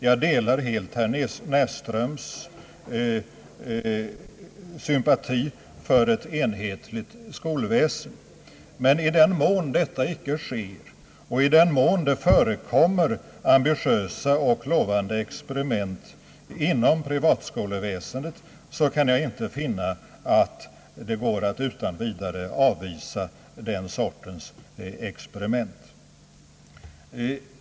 Jag delar helt herr Näsströms sympati för ett enhetligt skolväsen, men i den mån detta icke sker och i den mån det förekommer ambitiösa och lovande experiment inom privatskoleväsendet, kan jag inte finna att det går att utan vidare avvisa den sortens experiment.